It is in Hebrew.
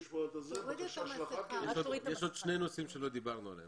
יש עוד שני נושאים שלא דיברנו עליהם.